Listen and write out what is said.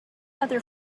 other